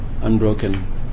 unbroken